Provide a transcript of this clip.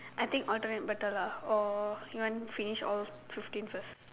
I think alternate better ah or you wanna finish all fifteen first